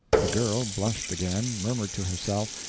the girl blushed again, murmured to herself,